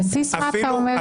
על בסיס מה אתה אומר את זה?